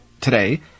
today